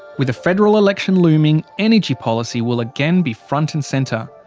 with a federal election looming, energy policy will again be front and centre.